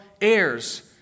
heirs